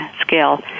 scale